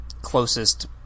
closest